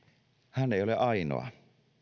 hän ei ole ainoa